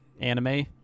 anime